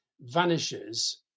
vanishes